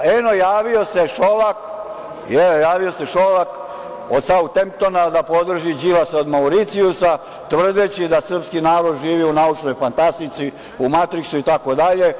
Eno, javio se Šolak od Sautemptona da podrži Đilasa od Mauricijusa, tvrdeći da srpski narod živi u naučnoj fantastici, u matriksu itd.